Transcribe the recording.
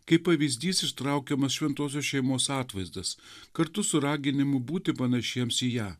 kaip pavyzdys ištraukiamas šventosios šeimos atvaizdas kartu su raginimu būti panašiems į ją